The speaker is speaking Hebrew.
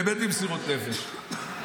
באמת במסירות נפש,